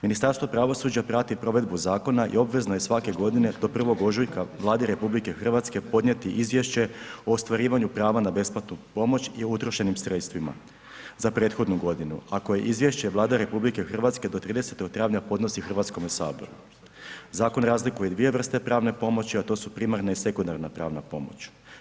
Ministarstvo pravosuđa prati provedbu zakona i obvezna je svake godine do 1. ožujka Vladi RH podnijeti izvješće o ostvarivanju prava na besplatnu pomoć i utrošenim sredstvima za prethodnu godinu ako je izvješće Vlada RH do 30 travnja podnosi HS-u. zakon razlikuje dvije vrste pravne pomoći, a to su primarna i sekundarna pravna pomoć.